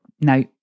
now